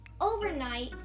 overnight